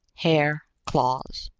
hair, claws.